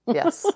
yes